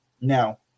Now